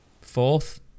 Fourth